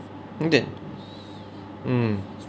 mm